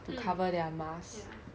mm ya